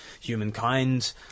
humankind